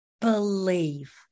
believe